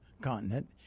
continent